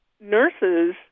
nurses